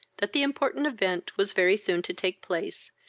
that the important event was very soon to take place,